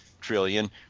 trillion